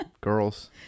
girls